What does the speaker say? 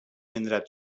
indret